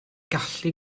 gallu